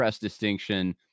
distinction